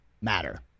matter